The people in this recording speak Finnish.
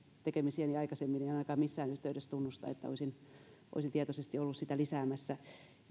tekemisiäni aikaisemmin eivät ainakaan missään yhteydessä tunnusta että olisin tietoisesti ollut sitä lisäämässä